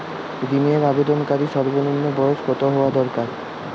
ঋণের আবেদনকারী সর্বনিন্ম বয়স কতো হওয়া দরকার?